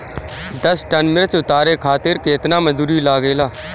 दस टन मिर्च उतारे खातीर केतना मजदुर लागेला?